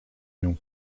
nią